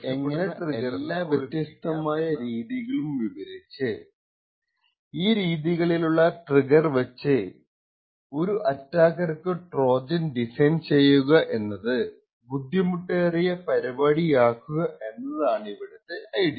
hardware Trojan പ്രത്യക്ഷ പെടുന്ന എല്ലാ വ്യത്യസ്താമായ രീതികളും വിവരിച്ഛ് ഈ രീതിയിലുള്ള ട്രിഗർ വച്ച് ഒരു അറ്റാക്കർക്കു ട്രോജൻ ഡിസൈൻ ചെയ്യുക എന്നത് ബുദ്ധിമുട്ടേറിയ പരിപാടിയാക്കുക എന്നാണതിവിടെത്തെ ഐഡിയ